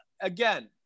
Again